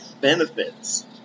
benefits